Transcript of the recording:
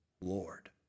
Lord